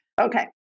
Okay